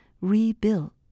rebuilt